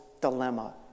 dilemma